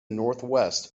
northwest